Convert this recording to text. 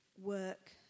work